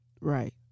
Right